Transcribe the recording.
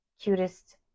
cutest